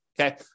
okay